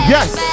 Yes